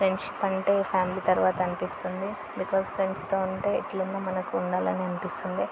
friendship అంటే family తర్వాత అనిపిస్తుంది బికాస్ ఫ్రెండ్స్తో ఉంటే ఎట్ల ఉన్న మనకు ఉండాలని అనిపిస్తుంది